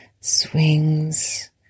Swings